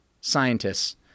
scientists